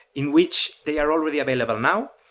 in which they are already available now.